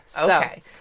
Okay